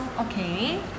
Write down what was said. okay